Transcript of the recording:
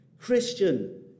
Christian